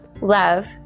Love